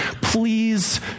please